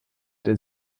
der